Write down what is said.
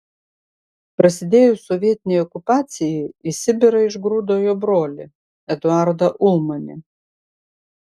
prasidėjus sovietinei okupacijai į sibirą išgrūdo jo brolį eduardą ulmanį